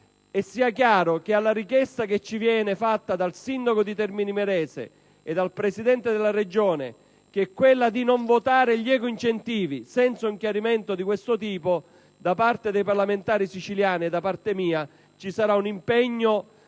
Sia chiaro che alla richiesta che ci viene fatta dal sindaco di Termini Imerese e dal Presidente della Regione di non votare gli ecoincentivi, senza un chiarimento di questo tipo, da parte dei parlamentari siciliani e da parte mia ci sarà un impegno